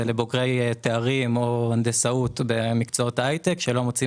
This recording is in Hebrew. זה לבוגרי תארים בהנדסאות או במקצועות ההייטק שלא מוצאים